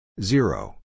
Zero